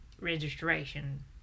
registration